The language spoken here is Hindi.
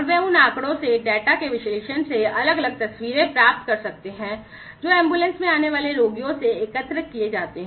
वे उन आंकड़ों से डेटा के विश्लेषण से अलग अलग तस्वीरें प्राप्त कर सकते हैं जो एम्बुलेंस में आने वाले रोगियों से एकत्र किए जाते हैं